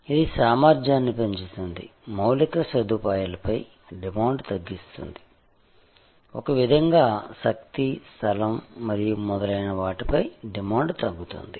ఇది సామర్థ్యాన్ని పెంచుతుంది మౌలిక సదుపాయాలపై డిమాండ్ తగ్గిస్తుంది ఒక విధంగా శక్తి స్థలం మరియు మొదలైన వాటిపై డిమాండ్ తగ్గుతుంది